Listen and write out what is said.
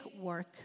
work